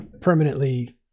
permanently